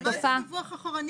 מה זה דיווח אחורנית?